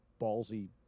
ballsy